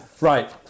Right